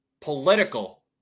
political